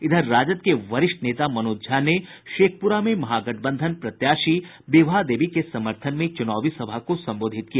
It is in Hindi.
इधर राजद के वरिष्ठ नेता मनोज झा ने शेखपुरा में महागठबंधन प्रत्याशी विभा देवी के समर्थन में चुनावी सभा को संबोधित किया